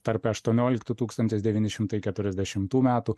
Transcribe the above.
tarp aštuonioliktų tūkstantis devyni šimtai keturiasdešimtų metų